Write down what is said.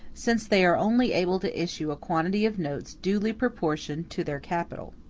since they are only able to issue a quantity of notes duly proportioned to their capital.